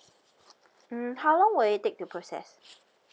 mm how long will it take to process